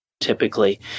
typically